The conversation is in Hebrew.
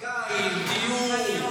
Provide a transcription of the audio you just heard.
הבשר, יין, דיור.